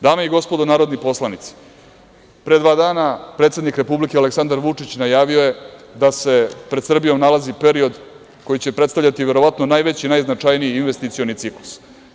Dame i gospodo narodni poslanici, pre dva dana predsednik Republike Srbije, Aleksandar Vučić najavio je da se pred Srbijom nalazi period koji će predstavljati verovatno najveći, najznačajniji investicioni ciklus.